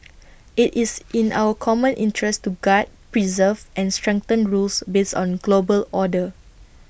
IT is in our common interest to guard preserves and strengthen rules based on global order